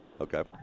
Okay